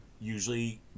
usually